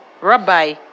rabbi